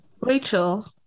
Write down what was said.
Rachel